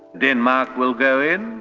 denmark will go in,